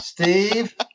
Steve